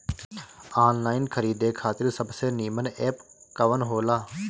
Online खरीदे खातिर सबसे नीमन एप कवन हो ला?